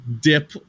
dip